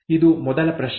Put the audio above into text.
ಇದು ಮೊದಲ ಪ್ರಶ್ನೆ